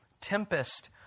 tempest